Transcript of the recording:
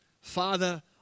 Father